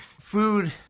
Food